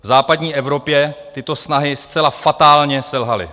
V západní Evropě tyto snahy zcela fatálně selhaly.